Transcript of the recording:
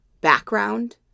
background